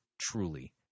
truly